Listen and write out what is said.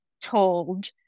told